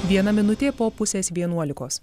viena minutė po pusės vienuolikos